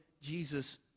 Jesus